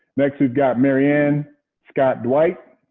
next, we've got marianne scott dwight.